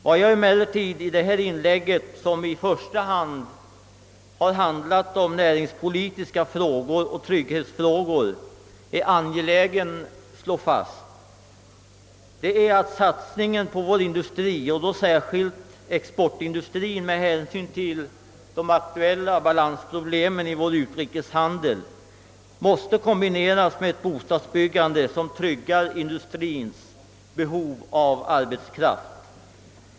Vad jag emellertid i detta inlägg, som i första hand har gällt näringspolitiska frågor och trygghetsfrågor, varit angelägen att slå fast är att satsningen på vår industri, särskilt exportindustrien med hänsyn till de aktuella balansproblemen i vår utrikeshandel, måste kombineras med ett bostadsbyggande som tryggar industriens behov av arbetskraft.